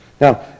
Now